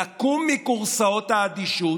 נקום מכורסאות האדישות,